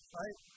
right